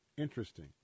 Interesting